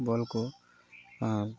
ᱵᱚᱞ ᱠᱚ ᱟᱨ